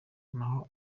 n’aho